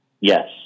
Yes